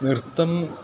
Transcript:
नृत्तं